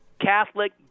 Catholic